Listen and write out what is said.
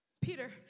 Peter